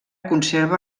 conserva